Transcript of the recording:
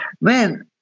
Man